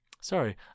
Sorry